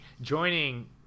joining